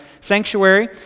sanctuary